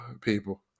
people